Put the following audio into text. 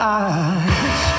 eyes